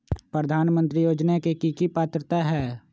प्रधानमंत्री योजना के की की पात्रता है?